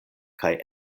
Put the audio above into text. kaj